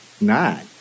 nine